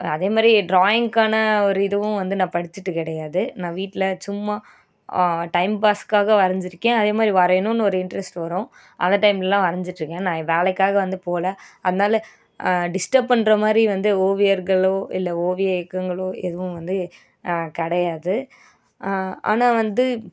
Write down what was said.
அதேமாதிரி டிராயிங்க்கான ஒரு இதுவும் வந்து நான் படிச்சுட்டு கிடையாது நான் வீட்டில்ல சும்மா டைம் பாஸ்க்காக வரைஞ்சிருக்கேன் அதேமாதிரி வரையணும்னு ஒரு இன்ட்ரெஸ்ட் வரும் அந்த டைமெலலாம் வரைஞ்சிட்டு இருக்கேன் நான் என் வேலைக்காக வந்து போல் அதனால டிஸ்டப் பண்ணுற மாதிரி வந்து ஓவியர்களோ இல்லை ஓவிய இயக்கங்களோ எதுவும் வந்து கிடையாது ஆனால் வந்து